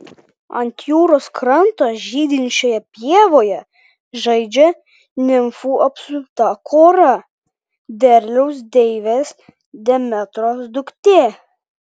ant jūros kranto žydinčioje pievoje žaidžia nimfų apsupta kora derliaus deivės demetros duktė